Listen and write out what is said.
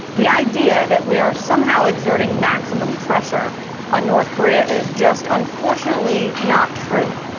the idea that we are somehow exerting maximum pressure on north korea is just unfortunately not true.